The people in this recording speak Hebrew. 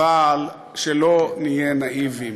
אבל שלא נהיה נאיביים,